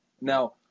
Now